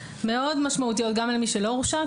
מאוד משמעותיות גם על מי שלא הורשע,